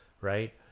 right